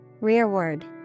rearward